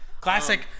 Classic